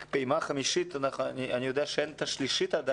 את מדברת על פעימה חמישית אבל עדיין אין את הפעימה השלישית.